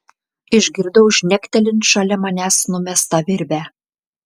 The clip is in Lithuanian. išgirdau žnektelint šalia manęs numestą virvę